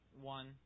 one